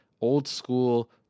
old-school